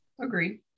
Agree